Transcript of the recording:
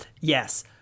yes